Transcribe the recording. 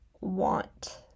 want